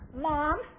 Mom